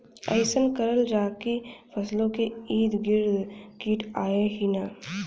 अइसन का करल जाकि फसलों के ईद गिर्द कीट आएं ही न?